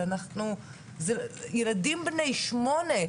מדובר בילדים בני שמונה,